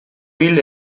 hil